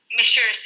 Monsieur